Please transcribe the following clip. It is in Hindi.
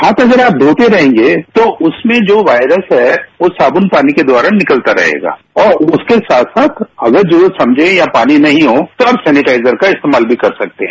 हाथ अगर आप धोते रहेंगे तो उसमें जो वायरस है वो साबुन पानी द्वारा निकलता रहेगा और उसके साथ साथ अगर जरूरत समझे या पानी नहीं हो तब आप सैनिटाइजर इस्तेमाल भी कर सकते हैं